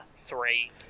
three